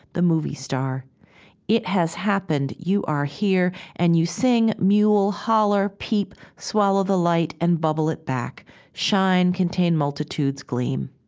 the movie star it has happened. you are here and you sing, mewl, holler, peep swallow the light and bubble it back shine, contain multitudes, gleam.